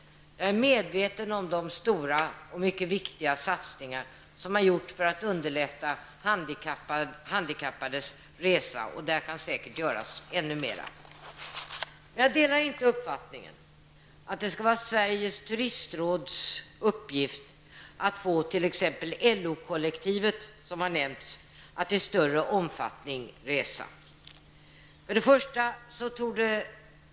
Jag är medveten om de stora och mycket viktiga satsningar som har gjorts för att underlätta handikappades resor, och på det området kan säkert göras ännu mer. Men jag delar inte uppfattningen att det skall vara Sveriges turistråds uppgift att få t.ex. LO kollektivet, som har nämnts i debatten, att resa i större omfattning.